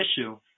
issue